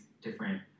different